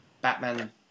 Batman